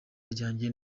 ryanjye